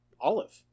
olive